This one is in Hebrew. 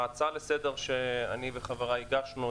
ההצעה לסדר שאני וחבריי הגשנו,